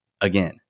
again